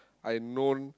I known